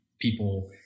people